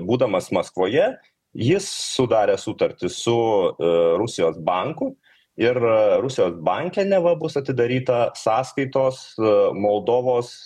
būdamas maskvoje jis sudarė sutartį su rusijos banku ir rusijos banke neva bus atidaryta sąskaitos moldovos